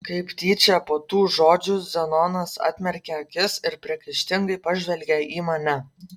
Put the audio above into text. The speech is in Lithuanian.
kaip tyčia po tų žodžių zenonas atmerkė akis ir priekaištingai pažvelgė į mane